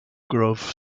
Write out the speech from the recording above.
grove